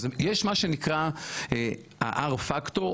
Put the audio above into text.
יש מה שנקרא ה-R factor,